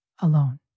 alone